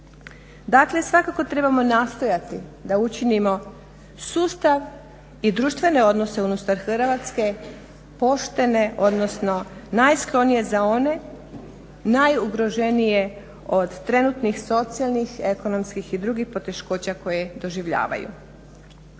Dakle, svakako trebamo nastojati da učinimo sustav i društvene odnose unutar Hrvatske poštene odnosno najsklonije za one najugroženije od trenutnih socijalnih, ekonomskih i drugih poteškoća koje doživljavaju.